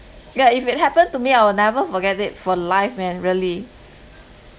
yeah if it happened to me I will never forget it for life man really